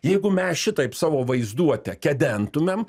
jeigu mes šitaip savo vaizduotę kedentumėm